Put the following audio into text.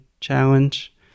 challenge